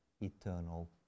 eternal